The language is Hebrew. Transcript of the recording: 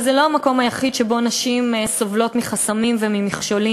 אבל זה לא המקום היחיד שבו נשים סובלות מחסמים וממכשולים,